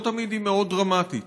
לא תמיד היא מאוד דרמטית,